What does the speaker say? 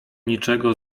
niczego